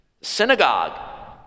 Synagogue